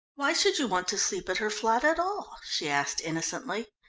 why should you want to sleep at her flat at all? she asked innocently.